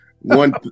One